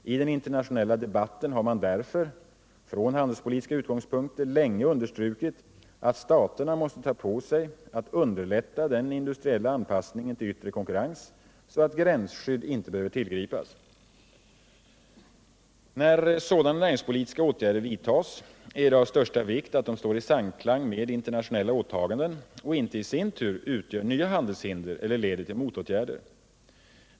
I den internationella debatten har man därför från handelspolitiska utgångspunkter länge understrukit att staterna måste ta på sig att underlätta den industriella anpassningen till yttre konkurrens, så att gränsskydd inte behöver tillgripas. När sådana näringspolitiska åtgärder vidtas, är det av största vikt att de står i samklang med internationella åtaganden och inte i sin tur utgör nya handelshinder eller leder till motåtgärder.